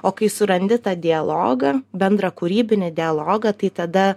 o kai surandi tą dialogą bendrą kūrybinį dialogą tai tada